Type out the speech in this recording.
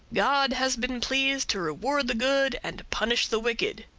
god has been pleased to reward the good and punish the wicked.